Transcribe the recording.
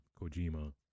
Kojima